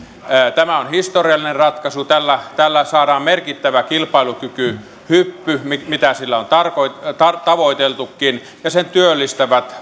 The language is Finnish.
tämä on historiallinen ratkaisu tällä tällä saadaan merkittävä kilpailukykyhyppy mitä sillä on tavoiteltukin ja tämän työllistävät